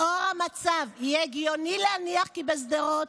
לאור המצב יהיה הגיוני להניח כי בשדרות,